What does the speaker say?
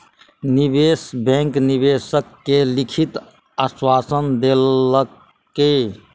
निवेश बैंक निवेशक के लिखित आश्वासन देलकै